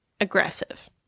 aggressive